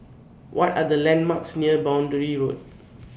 What Are The landmarks near Boundary Road